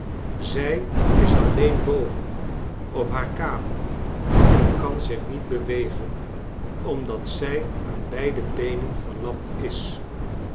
zij is alleen boven op haar kamer en kan zich niet bewegen omdat zij aan beide beenen veriamd is